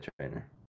trainer